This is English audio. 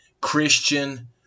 Christian